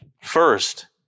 first